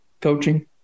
coaching